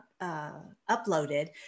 uploaded